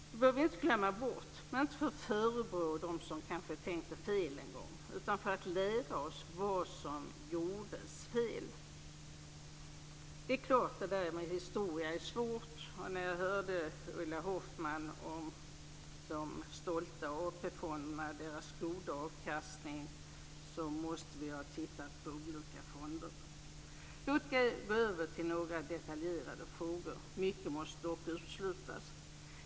Det bör vi inte glömma bort, inte för att förebrå dem som kanske tänkte fel en gång utan för att lära oss av vad som gjordes fel. Det där med historia är svårt. När jag hörde Ulla Hoffmann tala om de stolta AP-fonderna och deras goda avkastning tänkte jag att vi inte kan ha tittat på samma fonder. Låt mig nu gå över till några detaljerade frågor. Mycket måste dock uteslutas.